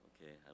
Okay